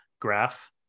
graph